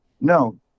no